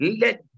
let